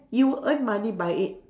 you earn money by it